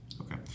Okay